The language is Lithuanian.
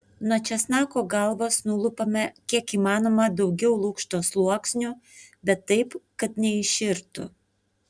nuo česnako galvos nulupame kiek įmanoma daugiau lukšto sluoksnių bet taip kad neiširtų